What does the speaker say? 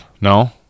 No